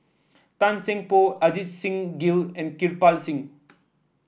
Tan Seng Poh Ajit Singh Gill and Kirpal Singh